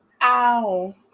ow